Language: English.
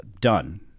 done